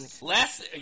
Last –